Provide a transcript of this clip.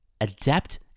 Adapt